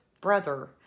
brother